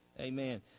Amen